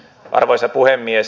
arvoisa puhemies